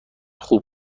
خوب